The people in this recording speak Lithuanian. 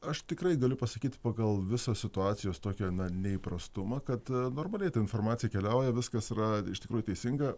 aš tikrai galiu pasakyt pagal visą situacijos tokį na neįprastumą kad normaliai ta informacija keliauja viskas yra iš tikrųjų teisinga